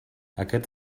aquests